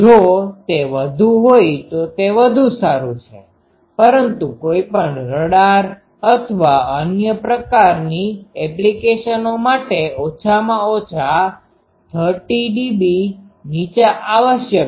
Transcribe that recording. જો તે વધુ હોય તો તે વધુ સારું છે પરંતુ કોઈપણ રડાર અથવા અન્ય પ્રકારની એપ્લિકેશનો માટે ઓછામાં ઓછા ઓછા 30dB નીચા આવશ્યક છે